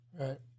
right